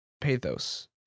Pathos